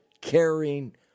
caring